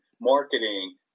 marketing